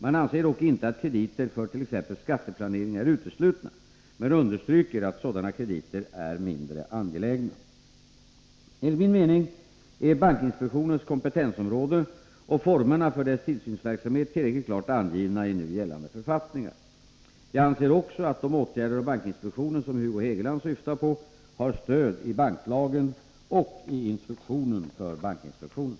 Man anser dock inte att krediter för t.ex. skatteplanering är uteslutna men understryker att sådana krediter är mindre angelägna. Enligt min mening är bankinspektionens kompetensområde och formerna för dess tillsynsverksamhet tillräckligt klart angivna i nu gällande författningar. Jag anser också att de åtgärder av bankinspektionen som Hugo Hegeland syftar på har stöd i banklagen och i instruktionen för bankinspektionen.